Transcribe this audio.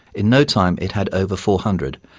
in no time it had over four hundred,